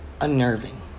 unnerving